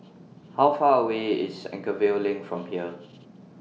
How Far away IS Anchorvale LINK from here